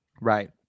right